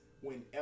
whenever